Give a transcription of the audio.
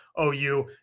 OU